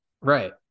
right